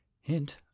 Hint